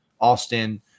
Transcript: Austin